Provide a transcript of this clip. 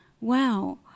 wow